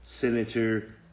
senator